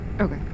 okay